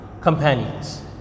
companions